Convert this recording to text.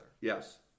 Yes